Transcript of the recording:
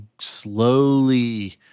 slowly